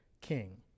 king